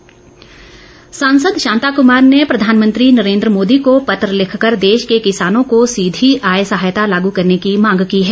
शांता कुमार सांसद शांता कुमार ने प्रधानमंत्री नरेन्द्र मोदी को पत्र लिखकर देश के किसानों को सीधी आय सहायता लागू करने की मांग की है